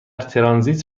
ترانزیت